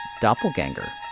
doppelganger